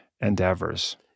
endeavors